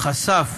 חשף